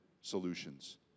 solutions